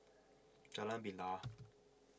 Jalan Bilal